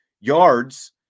yards